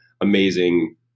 amazing